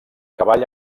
cavall